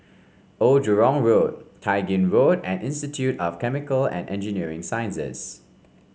Old Jurong Road Tai Gin Road and Institute of Chemical and Engineering Sciences